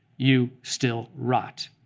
you still rot.